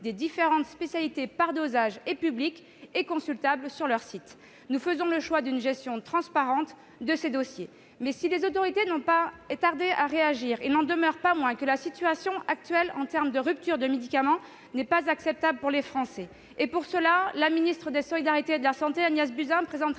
des différentes spécialités par dosage est public et consultable sur le site de l'agence. Nous faisons le choix d'une gestion transparente de ces dossiers. Si les autorités n'ont pas tardé à réagir, il n'en demeure pas moins que la situation actuelle, en termes de rupture de médicaments, n'est pas acceptable pour les Français. Mme la ministre des solidarités et de la santé, Agnès Buzyn, présentera